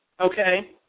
okay